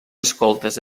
escoltes